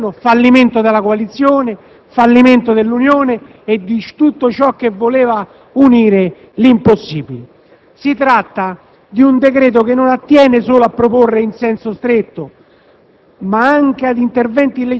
insieme al fallimento del Governo, al fallimento della coalizione, al fallimento dell'Unione e di tutto ciò che voleva unire l'impossibile. Si tratta di un decreto che non attiene solo a proporre in senso stretto,